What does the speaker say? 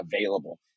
available